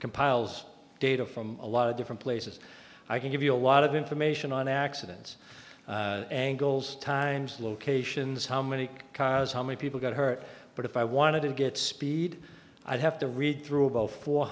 compiles data from a lot of different places i can give you a lot of information on accidents angles times locations how many cars how many people got hurt but if i wanted to get speed i'd have to read through about four